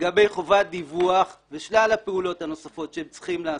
לגבי חובת דיווח ושלל הפעולות הנוספות שהם צריכים לעשות,